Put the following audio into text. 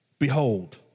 Behold